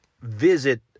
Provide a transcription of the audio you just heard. visit